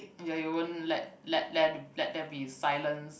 ya he won't let let let let there be silence